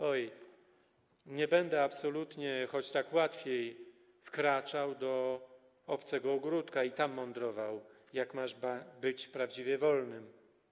Oj, nie będę absolutnie, choć tak łatwiej, wkraczał do obcego ogródka i tam mądrował, jak masz być prawdziwie wolnym.